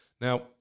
Now